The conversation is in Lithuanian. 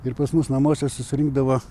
ir pas mus namuose susirinkdavo